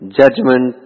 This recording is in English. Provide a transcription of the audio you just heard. judgment